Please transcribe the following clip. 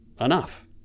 enough